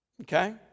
Okay